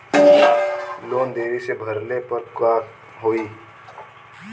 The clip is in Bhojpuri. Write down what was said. लोन देरी से भरले पर का होई?